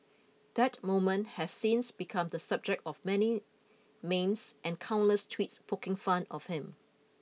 that moment has since become the subject of many memes and countless tweets poking fun of him